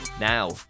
Now